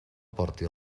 porti